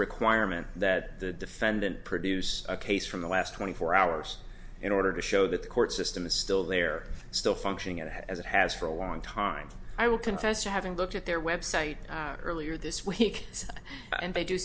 requirement that the defendant produce a case from the last twenty four hours in order to show that the court system is still there still functioning at as it has for a long time i will confess to having looked at their website earlier this week and they do